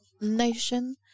nation